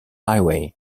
highway